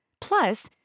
Plus